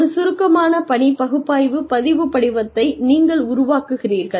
ஒரு சுருக்கமான பணி பகுப்பாய்வு பதிவு படிவத்தை நீங்கள் உருவாக்குகிறீர்கள்